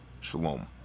Shalom